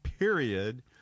Period